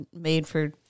made-for-